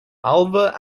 alva